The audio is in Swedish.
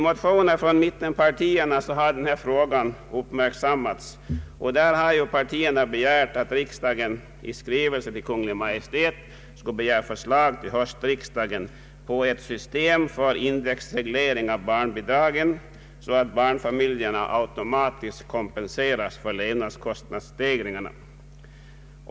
I motioner från mittenpartierna har denna fråga uppmärksammats. I dessa motioner har partierna hemställt att riksdagen hos Kungl. Maj:t begär förslag till årets höstriksdag om ett sådant system för indexreglering av de allmänna barnbidragen att barnfamiljerna automatiskt kompenseras för levnadskostnadsstegringar.